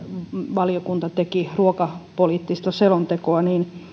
valiokunta teki ruokapoliittista selontekoa